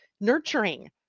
nurturing